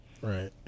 Right